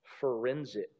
forensic